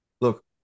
look